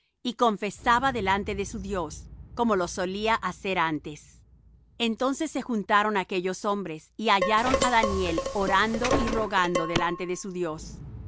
y confesaba delante de su dios como lo solía hacer antes entonces se juntaron aquellos hombres y hallaron á daniel orando y rogando delante de su dios